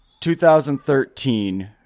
2013